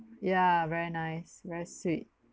ya very nice very sweet